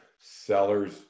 sellers